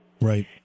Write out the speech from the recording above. right